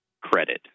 credit